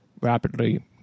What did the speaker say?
rapidly